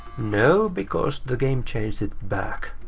no, because the game changed it back.